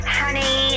honey